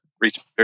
research